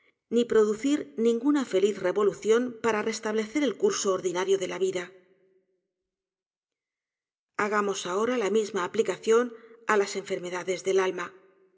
ni producir ninguna feliz revolución para restablecer el curso ordinario de la vida hagamos ahora la misma aplicación á las enfermedades del alma